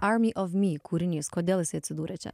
army of me kūrinys kodėl jisai atsidūrė čia